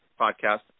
podcast